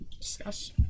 Discuss